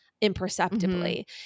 imperceptibly